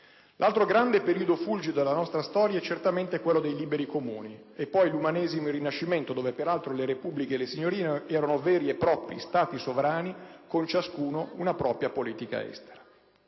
L'altro grande periodo fulgido della nostra storia è certamente quello dei liberi Comuni. E poi l'Umanesimo e il Rinascimento, dove peraltro le repubbliche e le signorie erano veri e propri stati sovrani con ciascuno una propria politica estera.